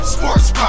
Sports